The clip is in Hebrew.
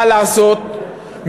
מה לעשות,